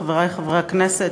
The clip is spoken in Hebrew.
חברי חברי הכנסת,